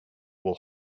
will